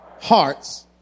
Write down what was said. Hearts